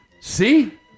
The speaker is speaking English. See